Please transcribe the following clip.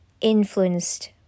influenced